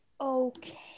okay